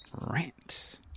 rant